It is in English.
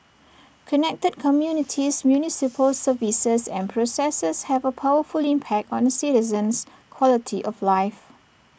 connected communities municipal services and processes have A powerful impact on A citizen's quality of life